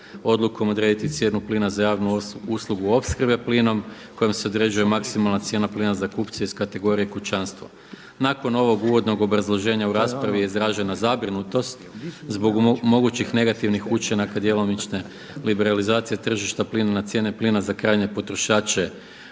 odlukom odrediti cijenu plina za javnu uslugu opskrbe plinom kojom se određuje maksimalna cijena plina za kupce iz kategorije kućanstva. Nakon ovog uvodnog obrazloženja u raspravi je izražena zabrinutost zbog mogućih negativnih učinaka djelomične liberalizacije tržišta plina na cijene plina za krajnje potrošače